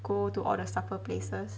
go to all the supper places